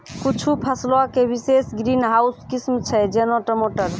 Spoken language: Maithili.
कुछु फसलो के विशेष ग्रीन हाउस किस्म छै, जेना टमाटर